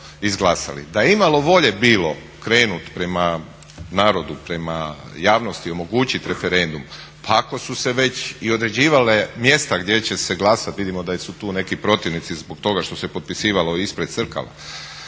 Da je imalo volje bilo krenut prema narodu, prema javnosti omogućiti referendum. Pa ako su se već i određivala mjesta gdje će se glasati, vidimo da su tu neki protivnici zbog toga što se potpisivalo ispred crkava,